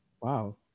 Wow